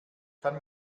kann